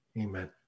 Amen